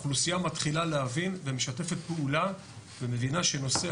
האוכלוסייה מתחילה להבין ומשתפת פעולה ומבינה שנושא